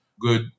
good